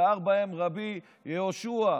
גער בהם רבי יהושע,